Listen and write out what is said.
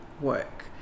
work